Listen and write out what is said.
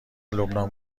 لبنان